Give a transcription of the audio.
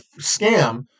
scam